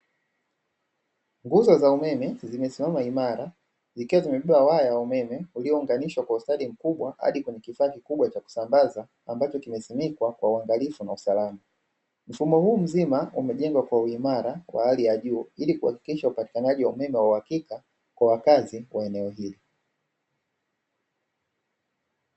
Nguzo za umeme zimesimama imara zikiwa zimebeba waya wa umeme uliounganishwa kwa ustadi mkubwa hadi kwenye kifaa kikubwa cha kusambaza, ambacho kimesimikwa kwa uangalifu na usalama. Mfumo huu mzima umejengwa kwa uimara wa hali ya juu ili kuhakikisha upatikanaji wa umeme wa uhakika kwa wakazi wa eneo hili.